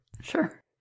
Sure